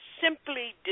simply